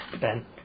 Ben